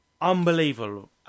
Unbelievable